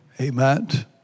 Amen